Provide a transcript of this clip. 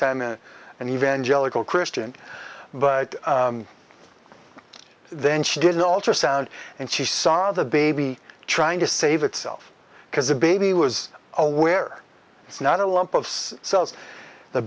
time in an evangelical christian but then she didn't alter sound and she saw the baby trying to save itself because a baby was aware it's not a